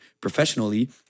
professionally